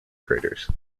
craters